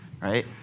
right